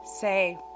say